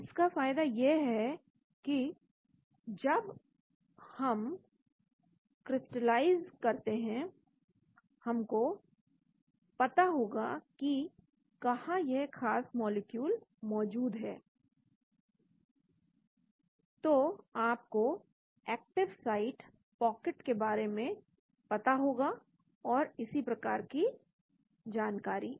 तो इसका फायदा यह है कि जब हम क्रिस्टलाइज करते हैं हमको पता होगा कि कहां यह खास मॉलिक्यूल मौजूद है तो आपको एक्टिव साइट पॉकेट के बारे में पता होगा और इसी प्रकार की जानकारी